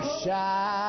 shine